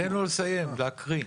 תן לו לסיים להקריא.